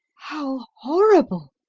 how horrible!